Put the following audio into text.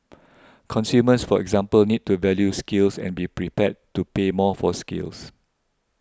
consumers for example need to value skills and be prepared to pay more for skills